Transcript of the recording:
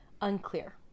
Unclear